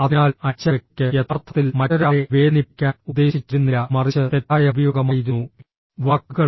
അതിനാൽ അയച്ച വ്യക്തിക്ക് യഥാർത്ഥത്തിൽ മറ്റൊരാളെ വേദനിപ്പിക്കാൻ ഉദ്ദേശിച്ചിരുന്നില്ല മറിച്ച് തെറ്റായ ഉപയോഗമായിരുന്നു വാക്കുകൾ